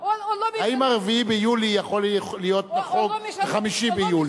האם ה-4 ביולי יכול להיות נחוג ב-5 ביולי?